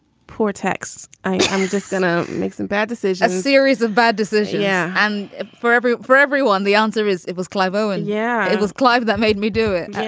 poor texts. i'm just going to ah make some bad decisions series of bad decisions. yeah. and forever. foreveryone the answer is it was clive owen. yeah. it was clive that made me do it.